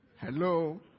Hello